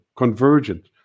convergent